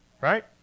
Right